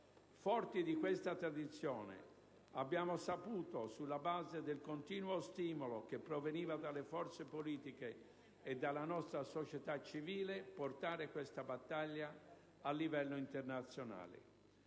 Forti di questa tradizione, abbiamo saputo, sulla base del continuo stimolo che proveniva dalle forze politiche e dalla nostra società civile, portare questa battaglia a livello internazionale.